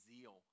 zeal